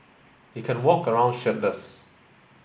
he can walk around shirtless